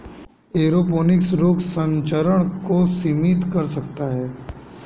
aeroponics रोग संचरण को सीमित कर सकता है